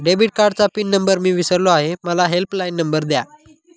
debit कार्डचा pin number मी विसरलो आहे मला हेल्पलाइन नंबर द्या